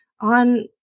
on